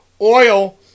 oil